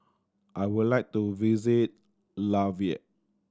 I would like to visit Latvia